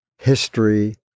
history